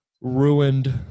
ruined